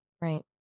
Right